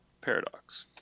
Paradox